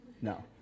no